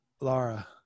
Laura